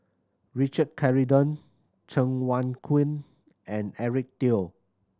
Richard Corridon Cheng Wai Keung and Eric Teo